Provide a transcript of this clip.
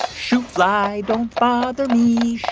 shoo, fly. don't bother me. shoo,